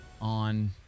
on